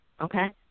okay